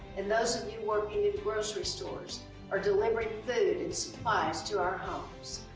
and those of you working in grocery stores or delivering food and supplies to our homes.